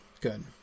good